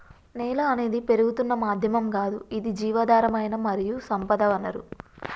నేల అనేది పెరుగుతున్న మాధ్యమం గాదు ఇది జీవధారమైన మరియు సంపద వనరు